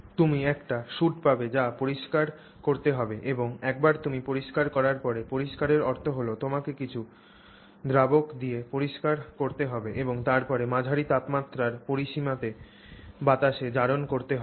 তুমি একটি সুট পাবে যা পরিষ্কার করতে হবে এবং একবার তুমি পরিস্কার করার পরে পরিষ্কারের অর্থ হল তোমাকে কিছু দ্রাবক দিয়ে পরিষ্কার করতে হবে এবং তারপরে মাঝারি তাপমাত্রার পরিসীমাতে বাতাসে জারণ করতে হবে